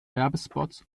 werbespots